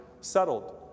settled